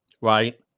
Right